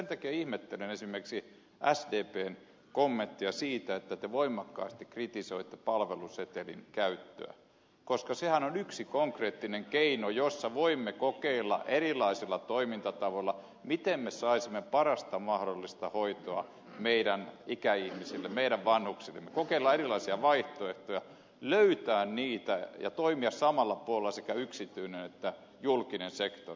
sen takia ihmettelen esimerkiksi sdpn kommentteja joissa te voimakkaasti kritisoitte palvelusetelin käyttöä koska sehän on yksi konkreettinen keino jolla voimme kokeilla erilaisilla toimintatavoilla miten me saisimme parasta mahdollista hoitoa meidän ikäihmisillemme meidän vanhuksillemme kokeilla erilaisia vaihtoehtoja löytää niitä ja toimia samalla puolella sekä yksityinen että julkinen sektori